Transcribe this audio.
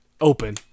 open